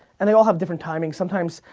and they all have different timings, sometimes,